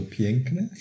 piękne